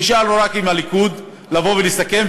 נשאר רק עם הליכוד לבוא ולסכם,